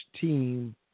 team